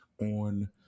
on